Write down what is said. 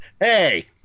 Hey